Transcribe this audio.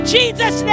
jesus